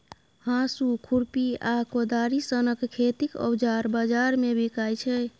हाँसु, खुरपी आ कोदारि सनक खेतीक औजार बजार मे बिकाइ छै